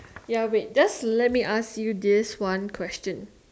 ya wait just let me ask you this one question